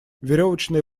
веревочные